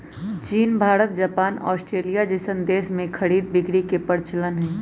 चीन Bharat Japan Australia जइसन देश में खरीद बिक्री के परचलन हई